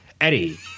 Eddie